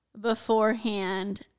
beforehand